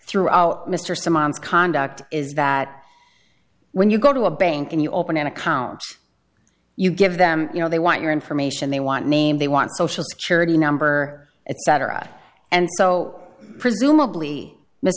throughout mr simmons conduct is that when you go to a bank and you open an account you give them you know they want your information they want name they want social security number etc and so presumably